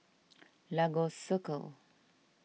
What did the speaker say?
Lagos Circle